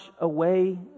away